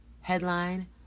Headline